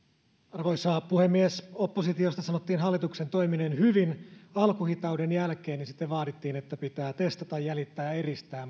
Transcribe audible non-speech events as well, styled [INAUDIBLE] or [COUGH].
arvoisa puhemies oppositiosta sanottiin hallituksen toimineen hyvin alkuhitauden jälkeen ja sitten vaadittiin että pitää testata jäljittää ja eristää [UNINTELLIGIBLE]